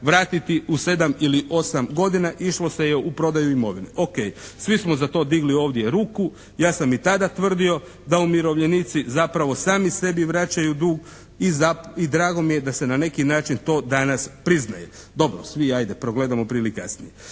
vratiti u sedam ili osam godina, išlo se je u prodaju imovine, OK. Svi smo za to digli ovdje ruku, ja sam i tada tvrdio da umirovljenici zapravo sami sebi vraćaju dug i drago mi je da se na neki način to danas priznaje. Dobro, svi ajde progledamo prije ili kasnije.